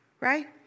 right